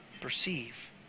perceive